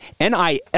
NIL